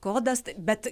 kodas bet